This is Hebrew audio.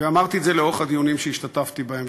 ואמרתי את זה לאורך הדיונים שהשתתפתי בהם,